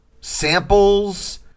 samples